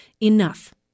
Enough